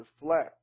reflect